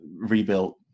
rebuilt